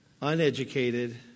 uneducated